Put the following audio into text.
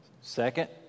Second